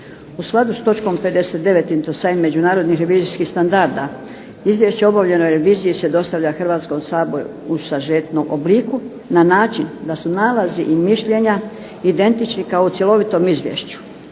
se ne razumije./... međunarodnih revizijskih standarda izvješće o obavljenoj reviziji se dostavlja Hrvatskom saboru u sažetom obliku na način da su nalazi i mišljenja identični kao u cjelovitom izvješću.